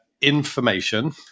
information